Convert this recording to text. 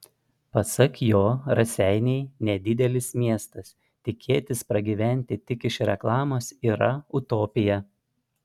pasak jo raseiniai nedidelis miestas tikėtis pragyventi tik iš reklamos yra utopija